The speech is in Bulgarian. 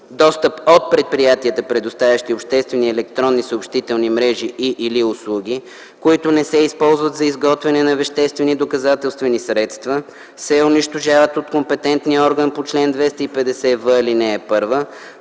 достъп от предприятията, предоставящи обществени електронни съобщителни мрежи и/или услуги, които не се използват за изготвяне на веществени доказателствени средства, се унищожават от компетентния орган по чл. 250в, ал. 1 в